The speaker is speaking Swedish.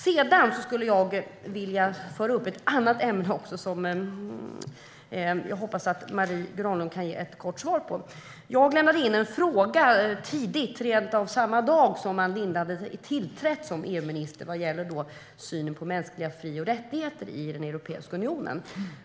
Jag vill också ta upp ett annat ämne som jag hoppas att Marie Granlund kan ge ett kort svar på. Jag lämnade tidigt, rent av samma dag som Ann Linde tillträdde som EU-minister, in en fråga om synen på mänskliga fri och rättigheter i Europeiska unionen.